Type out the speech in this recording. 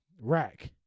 Rack